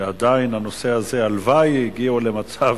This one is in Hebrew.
עדיין, הנושא הזה, הלוואי שיגיעו למצב